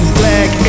black